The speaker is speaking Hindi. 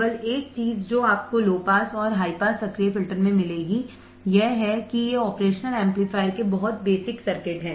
केवल एक चीज जो आपको लो पास और हाई पास सक्रिय फिल्टर में मिलेगी यह है कि ये ऑपरेशनल एम्पलीफायर के बहुत बेसिक सर्किट हैं